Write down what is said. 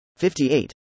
58